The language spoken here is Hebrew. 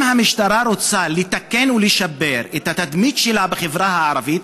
אם המשטרה רוצה לתקן ולשפר את התדמית שלה בחברה הערבית,